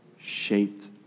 shaped